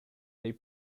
they